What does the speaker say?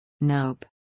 Nope